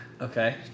Okay